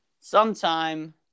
sometime